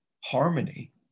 harmony